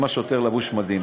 אם השוטר לבוש מדים.